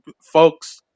folks